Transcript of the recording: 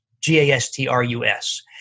G-A-S-T-R-U-S